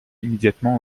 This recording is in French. immédiatement